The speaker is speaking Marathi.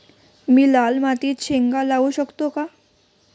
मी लाल मातीत शेंगा लावू शकतो का?